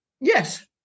Yes